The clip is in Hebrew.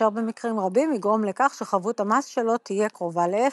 אשר במקרים רבים יגרום לכך שחבות המס שלו תהיה קרובה לאפס.